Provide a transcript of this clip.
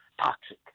toxic